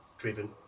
driven